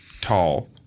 tall